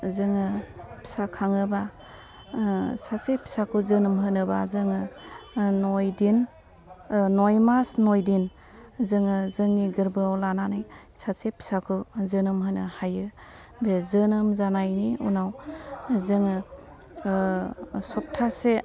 जोङो फिसा खाङोबा सासे फिसाखौ जोनोम होनोबा जोङो नयदिन नय मास नय दिन जोङो जोंनि गोरबोयाव लानानै सासे फिसाखौ जोनोम होनो हायो बे जोनोम जानायनि उनाव जोङो सप्तासे